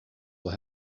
will